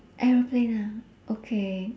aeroplane ah okay